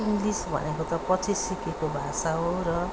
English भनेको त पछि सिकेको भाषा हो र